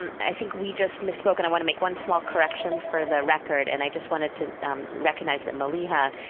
i think we just misspoke, and i want to make one small correction for the record. and i just want to to recognize that maliha,